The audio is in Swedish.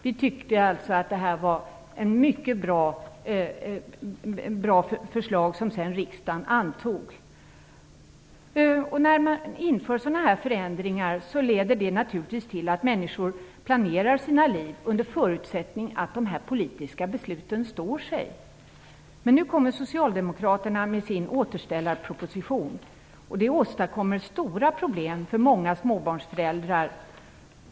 Vi tyckte alltså att detta var mycket bra förslag som riksdagen sedan antog. När man inför den här typen av förändringar leder detta naturligtvis till att människor planerar sina liv under förutsättning att de politiska besluten står sig. Men nu kommer socialdemokraterna med sin återställarproposition, vilket åstadkommer stora problem för många småbarnsföräldrar.